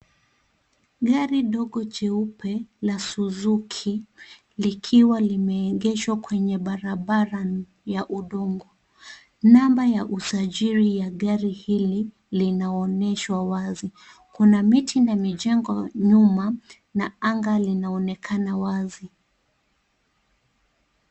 Gari dogo jeupe la Suzuki likiwa limeegeshwa kwenye barabara ya udongo. Namba ya usajili ya gari hili linaonyeshwa wazi. Kuna miti na mijengo nyuma na anga linaonekana wazi.